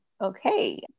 okay